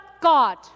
God